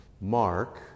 Mark